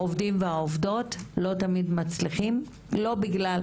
העובדים והעובדות לא תמיד מצליחים להתאחד וזה לא בגלל,